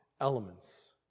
elements